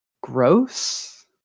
gross